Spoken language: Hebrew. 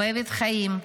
אוהבת חיים,